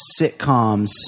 sitcoms